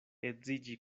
edziĝi